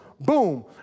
Boom